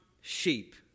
sheep